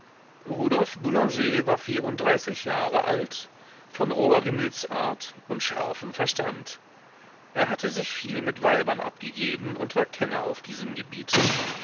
rudolf boulanger war vierunddreißig jahre alt von roher gemütsart und scharfem verstand er hatte sich viel mit weibern abgegeben und war kenner auf diesem gebiete